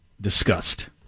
discussed